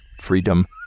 freedom